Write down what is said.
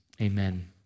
amen